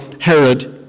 Herod